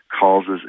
causes